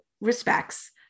respects